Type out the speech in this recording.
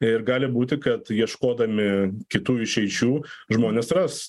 ir gali būti kad ieškodami kitų išeičių žmonės ras